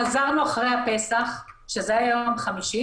חזרנו אחרי הפסח שזה היה יום חמישי